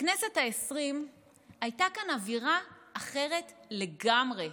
בכנסת העשרים הייתה כאן אווירה אחרת לגמרי,